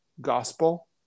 gospel